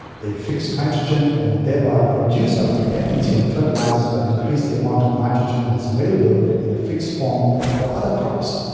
they fix nitrogen and thereby reduce our dependency on fertilisers but increase the amount of nitrogen that's available in a fixed form for other crops.